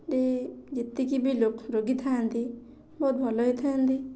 ରେ ଯେତିକିବି ରୋ ରୋଗୀ ଥାଆନ୍ତି ବହୁତ ଭଲ ହିଁ ଥାଆନ୍ତି